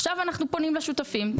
עכשיו אנחנו פונים לשותפים.